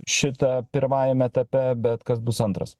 šita pirmajame etape bet kas bus antras